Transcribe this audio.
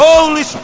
Holy